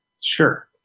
Sure